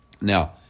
Now